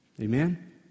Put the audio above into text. Amen